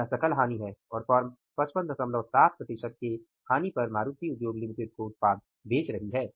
यह सकल हानि है और फर्म 557 प्रतिशत के हानि पर मारुति उद्योग लिमिटेड को उत्पाद बेच रही है